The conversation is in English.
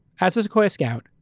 as a sequoia scout,